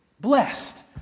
Blessed